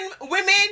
women